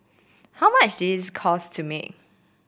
how much did it cost to make